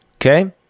Okay